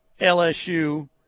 LSU